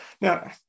Now